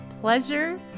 pleasure